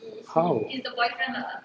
how